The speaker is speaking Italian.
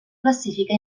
classifica